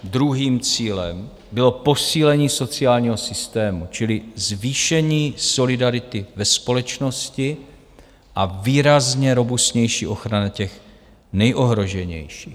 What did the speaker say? Druhým cílem bylo posílení sociálního systému, čili zvýšení solidarity ve společnosti a výrazně robustnější ochrana těch nejohroženějších.